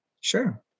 Sure